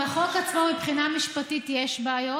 עם החוק עצמו מבחינה משפטית יש בעיות,